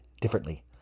differently